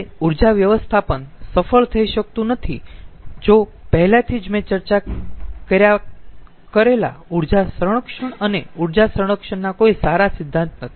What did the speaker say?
હવે ઊર્જા વ્યવસ્થાપન સફળ થઈ શકતું નથી જો પહેલાથી જ મેં ચર્ચા કર્યા કરેલા ઊર્જા સંરક્ષણ અને ઊર્જા સંરક્ષણના કોઈ સારા સિદ્ધાંત નથી